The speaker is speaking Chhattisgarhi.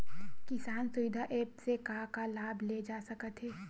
किसान सुविधा एप्प से का का लाभ ले जा सकत हे?